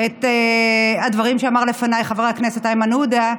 את הדברים שאמר לפניי חבר הכנסת איימן עודה.